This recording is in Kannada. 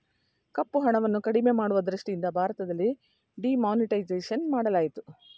ಕಪ್ಪುಹಣವನ್ನು ಕಡಿಮೆ ಮಾಡುವ ದೃಷ್ಟಿಯಿಂದ ಭಾರತದಲ್ಲಿ ಡಿಮಾನಿಟೈಸೇಷನ್ ಮಾಡಲಾಯಿತು